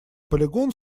полигон